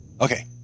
Okay